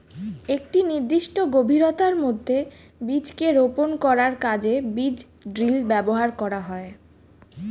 একটি নির্দিষ্ট গভীরতার মধ্যে বীজকে রোপন করার কাজে বীজ ড্রিল ব্যবহার করা হয়